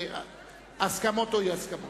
הסכמות או אי-הסכמות.